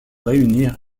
réunir